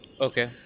Okay